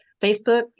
facebook